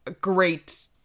great